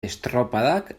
estropadak